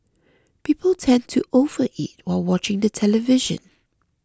people tend to overeat while watching the television